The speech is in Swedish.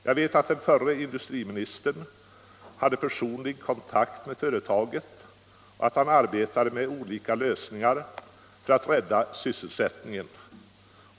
Jag vet att den förre industriministern hade personlig kontakt med företaget och att han arbetade med olika lösningar för att rädda sysselsättningen.